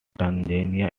tanzania